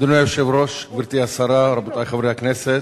אדוני היושב-ראש, גברתי השרה, רבותי חברי הכנסת,